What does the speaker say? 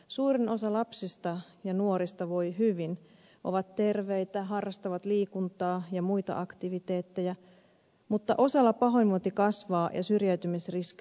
suurin osa lapsista ja nuorista voi hyvin ovat terveitä harrastavat liikuntaa ja muita aktiviteetteja mutta osalla pahoinvointi kasvaa ja syrjäytymisriskit kasaantuvat